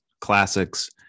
classics